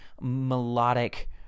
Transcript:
melodic